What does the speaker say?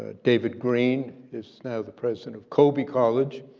ah david greene is now the president of colby college,